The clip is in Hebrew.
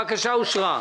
הבקשה אושרה.